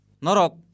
Norok